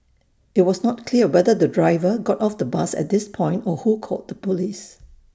IT was not clear whether the driver got off the bus at this point or who called the Police